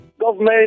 government